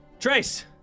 Trace